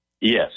Yes